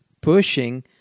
pushing